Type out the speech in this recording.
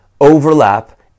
overlap